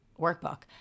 workbook